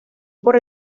por